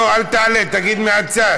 לא, אל תעלה, תגיד מהצד.